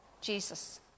Jesus